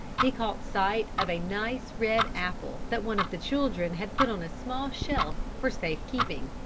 he caught sight of a nice red apple that one of the children had put on a small shelf for safe keeping.